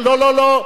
לא לא לא,